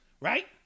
Right